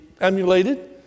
emulated